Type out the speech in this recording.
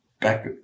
back